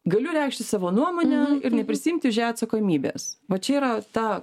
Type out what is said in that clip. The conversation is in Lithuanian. galiu reikšti savo nuomonę ir neprisiimti atsakomybės vat čia yra ta